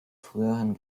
früheren